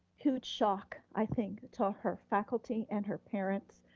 huge shock, i think, to all her faculty and her parents.